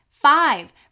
Five